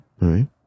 right